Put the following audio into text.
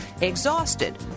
exhausted